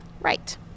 Right